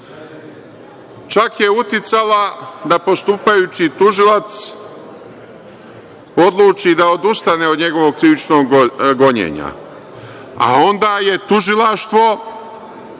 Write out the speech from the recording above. je uticala da postupajući tužilac odluči da odustane od njegovog krivičnog gonjenja, a onda je Tužilaštvo